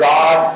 God